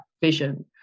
vision